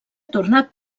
tornat